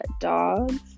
dogs